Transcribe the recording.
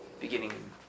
beginning